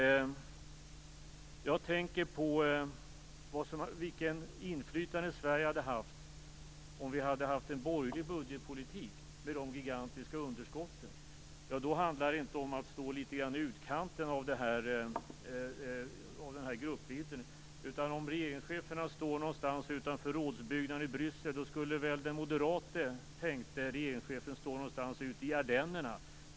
Jag tänker på vilket inflytande Sverige hade haft om vi hade haft en borgerlig budgetpolitik, med de gigantiska underskotten. Då handlar det inte om att stå litet grand i utkanten av gruppbilden. Om regeringscheferna står någonstans utanför rådsbyggnaden i Bryssel skulle väl den moderate tänkte regeringschefen stå någonstans ute i Ardennerna.